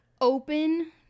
open